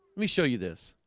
me show you this